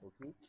okay